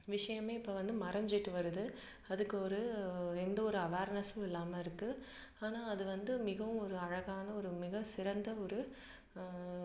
விஷயமே இப்போ வந்து மறைஞ்சிட்டு வருது அதுக்கு ஒரு எந்தவொரு அவார்னஸ்ஸும் இல்லாமல் இருக்குது ஆனால் அது வந்து மிகவும் ஒரு அழகான ஒரு மிக சிறந்த ஒரு